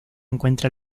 encuentra